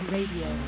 Radio